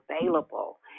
available